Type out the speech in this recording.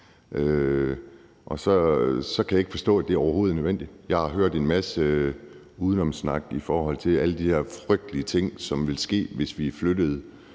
og så kan jeg ikke forstå, at det overhovedet er nødvendigt. Jeg har hørt en masse udenomssnak i forhold til alle de der frygtelige ting, som ville ske, hvis vi flyttede